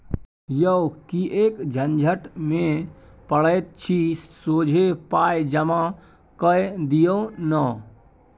यौ किएक झंझट मे पड़ैत छी सोझे पाय जमा कए दियौ न